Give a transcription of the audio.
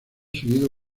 seguido